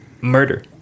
murder